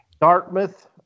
Dartmouth